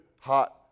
hot